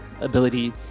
ability